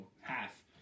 half